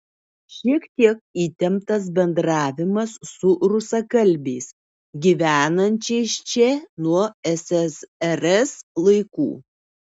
šiek tiek įtemptas bendravimas su rusakalbiais gyvenančiais čia nuo ssrs laikų